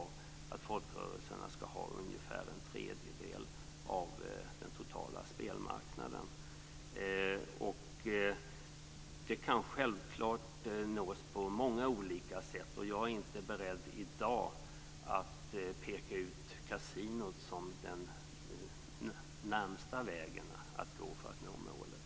Det är att folkrörelserna skall ha ungefär en tredjedel av den totala spelmarknaden. Det kan självklart nås på många olika sätt. Jag är inte beredd i dag att peka ut kasinot som den närmsta vägen att gå för nå målet.